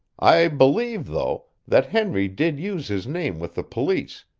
i believe, though, that henry did use his name with the police,